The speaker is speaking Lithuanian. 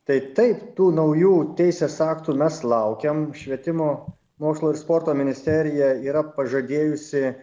tai taip tų naujų teisės aktų mes laukiam švietimo mokslo ir sporto ministerija yra pažadėjusi